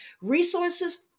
resources